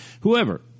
whoever